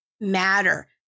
matter